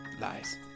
Lies